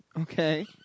Okay